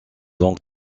donc